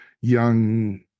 young